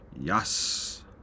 Yes